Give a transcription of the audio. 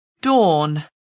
dawn